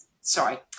Sorry